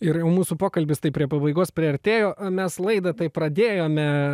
ir mūsų pokalbis taip prie pabaigos priartėjo mes laidą tai pradėjome